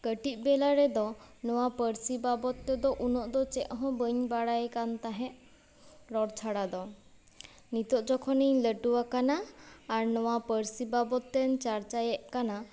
ᱠᱟᱹᱴᱤᱡ ᱵᱮᱞᱟ ᱨᱮᱫᱚ ᱱᱚᱣᱟ ᱯᱟᱹᱨᱥᱤ ᱵᱟᱵᱚᱫ ᱛᱮᱫᱚ ᱩᱱᱟᱹᱜ ᱫᱚ ᱪᱮᱫ ᱦᱚᱸ ᱵᱟᱹᱧ ᱵᱟᱲᱟᱭ ᱠᱟᱱ ᱛᱟᱦᱮᱸᱜ ᱨᱚᱲ ᱪᱷᱟᱲᱟ ᱫᱚ ᱱᱤᱛᱚᱜ ᱡᱚᱠᱷᱚᱱᱤᱧ ᱞᱟᱹᱴᱩ ᱟᱠᱟᱱᱟ ᱟᱨ ᱱᱚᱣᱟ ᱯᱟᱹᱨᱥᱤ ᱵᱟᱵᱚᱛᱮ ᱪᱟᱨᱪᱟᱭᱮᱫ ᱠᱟᱱᱟ